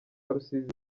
rusizi